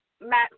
Matt